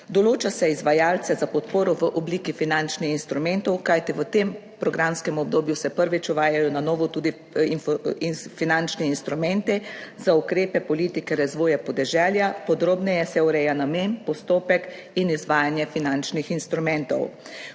Določa se izvajalce za podporo v obliki finančnih instrumentov, kajti v tem programskem obdobju se prvič uvajajo na novo tudi in, finančni instrumenti za ukrepe politike razvoja podeželja, podrobneje se ureja namen, postopek in izvajanje finančnih instrumentov.